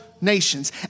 nations